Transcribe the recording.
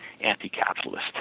anti-capitalist